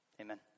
Amen